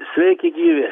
sveiki gyvi